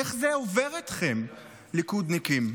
איך זה עובר אתכם, ליכודניקים?